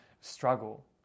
struggle